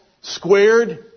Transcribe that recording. squared